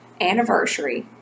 anniversary